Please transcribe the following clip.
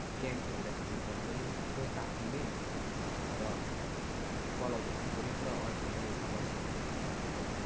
game खेल्दाखेरि phone पनि छिट्टो तात्तिने र चलाउँदाखेरि पनि पुरा अड्किने समस्याहरू देखापऱ्यो